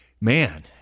Man